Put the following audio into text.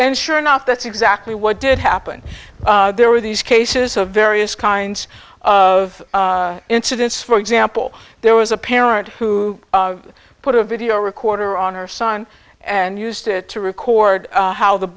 and sure enough that's exactly what did happen there were these cases of various kinds of incidents for example there was a parent who put a video recorder on her son and used it to record how the